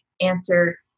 answer